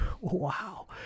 wow